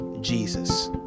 Jesus